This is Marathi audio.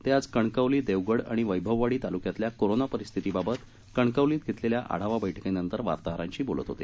ते आज कणकवली देवगड आणि वस्तिवाडी तालुक्यातल्या कोरोना परिस्थती बाबत कणकवलीत घेतलेल्या आढावा बस्कीनंतर वार्ताहरांशी बोलत होते